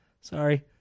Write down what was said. sorry